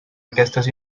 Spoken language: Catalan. aquestes